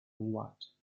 what